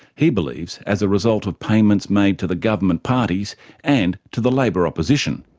he believes as a result of payments made to the government parties and to the labor opposition,